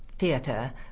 theatre